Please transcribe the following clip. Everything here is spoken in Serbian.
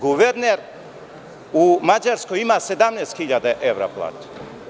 Guverner u Mađarskoj ima 17.000 evra platu.